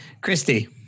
Christy